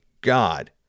God